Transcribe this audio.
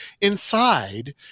inside